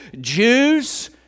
Jews